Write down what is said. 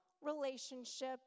relationship